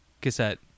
cassette